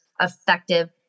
effective